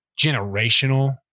generational